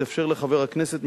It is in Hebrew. לנוכח הנסיבות התאפשר לחבר הכנסת,